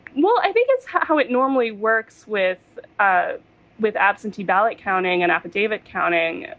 well, i think it's how it normally works with ah with absentee ballot counting and affidavit counting.